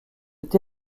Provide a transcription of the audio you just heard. thé